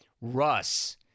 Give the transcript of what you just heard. Russ